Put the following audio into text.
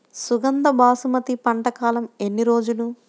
సుగంధ బాసుమతి పంట కాలం ఎన్ని రోజులు?